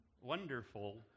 wonderful